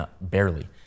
barely